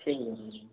ठीक ऐ